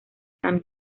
san